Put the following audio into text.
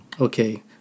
okay